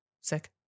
Sick